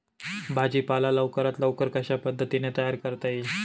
भाजी पाला लवकरात लवकर कशा पद्धतीने तयार करता येईल?